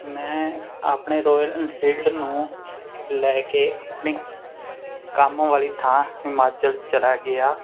ਮੈਂ ਆਪਣੇ Royal Enfield ਨੂੰ ਲੈ ਕੇ ਆਪਣੀ ਕੰਮ ਵਾਲੀ ਥਾਂ ਹਿਮਾਚਲ ਚਲਾ ਗਿਆ